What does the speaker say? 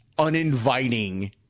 uninviting